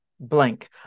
Blank